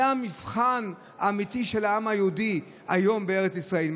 זה המבחן האמיתי של העם היהודי היום בארץ ישראל.